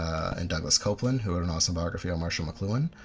and douglas copeland, who wrote an awesome biography on marshall mcluhan.